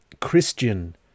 Christian